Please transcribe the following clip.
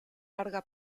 larga